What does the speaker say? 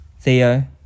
Theo